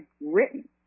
written